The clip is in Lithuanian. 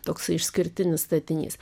toksai išskirtinis statinys